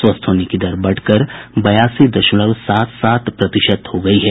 स्वस्थ होने की दर बढ़कर बयासी दशमलव सात सात प्रतिशत हो गयी है